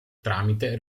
tramite